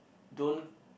don't